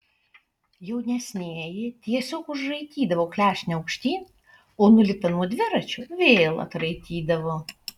jaunesnieji tiesiog užraitydavo klešnę aukštyn o nulipę nuo dviračio vėl atraitydavo